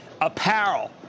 apparel